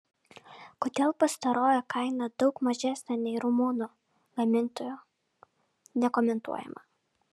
kodėl pastarojo kaina daug mažesnė nei rumunų gamintojo nekomentuojama